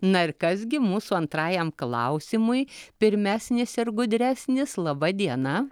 na ir kas gi mūsų antrajam klausimui pirmesnis ir gudresnis laba diena